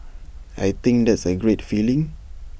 I think that's A great feeling